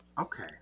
Okay